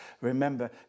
Remember